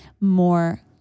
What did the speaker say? more